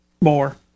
more